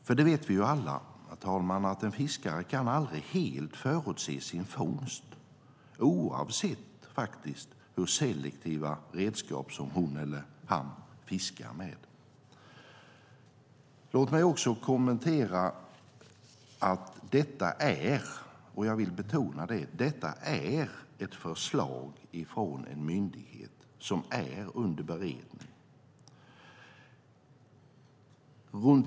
Vi vet ju alla, herr talman, att en fiskare aldrig helt kan förutse sin fångst oavsett hur selektiva redskap som hon eller han fiskar med. Låt mig kommentera att detta är ett förslag från en myndighet som är under beredning; det vill jag betona.